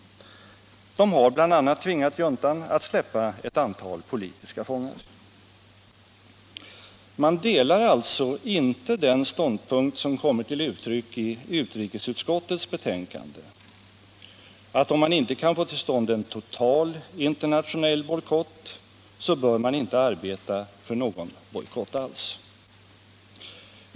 De har bl.a. tvingat juntan att släppa ett antal politiska fångar. Man delar alltså inte den mening som kommer till uttryck i utrikesutskottets betänkande, att om det inte går att få till stånd en total internationell bojkott, så bör man inte arbeta för någon bojkott alls.